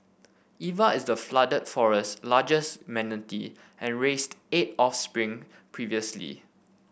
Eva is the Flooded Forest's largest manatee and raised eight offspring previously